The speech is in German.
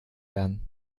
werden